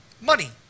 Money